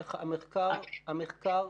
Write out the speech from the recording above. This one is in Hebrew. המחקר,